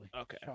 Okay